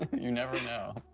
you never know.